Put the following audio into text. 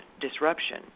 disruption